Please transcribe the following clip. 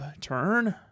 turn